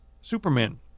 Superman